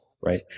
right